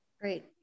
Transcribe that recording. Great